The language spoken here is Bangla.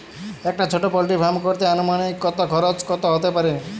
একটা ছোটো পোল্ট্রি ফার্ম করতে আনুমানিক কত খরচ কত হতে পারে?